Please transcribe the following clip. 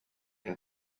and